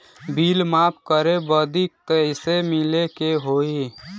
Bill माफ करे बदी कैसे मिले के होई?